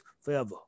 forever